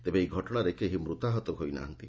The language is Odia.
ତେବେ ଏହି ଘଟଣାରେ କେହି ମୃତାହତ ହୋଇ ନାହାନ୍ତି